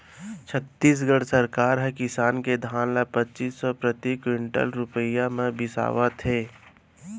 छत्तीसगढ़ सरकार ह किसान के धान ल पचीस सव प्रति कोंटल रूपिया म बिसावत हे